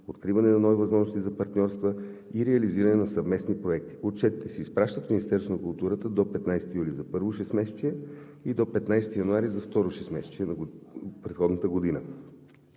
откриване на нови възможности за партньорства и реализиране на съвместни проекти. Отчетите се изпращат в Министерството на културата до 15 юли за първо 6-месечие и до 15 януари за второ 6 месечие на предходната година.